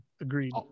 Agreed